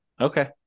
Okay